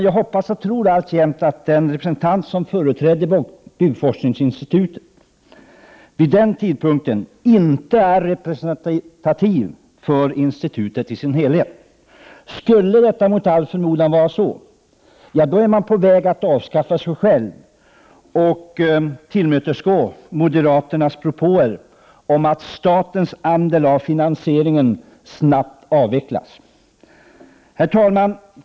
Jag hoppas och tror alltjämt att den representant som vid det tillfället företrädde byggforskningsinstitutet inte är representativ för institutet i dess helhet. Skulle han mot förmodan vara det, då är byggforskningsinstitutet på väg att avskaffa sig självt och tillmötesgå moderaternas propåer om att statens andel av finansieringen snabbt bör avvecklas.